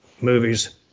movies